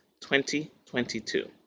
2022